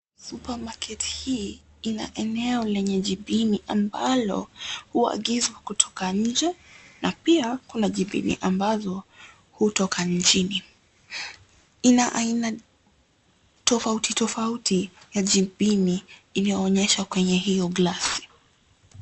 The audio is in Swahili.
Supermarket hii ina eneo lenye jibini ambalo huagizwa kutoka nje na pia kuna jibini ambazo hutoka nchini. Ina aina tofauti tofauti ya jibini inayoonyeshwa kwenye hio glasi.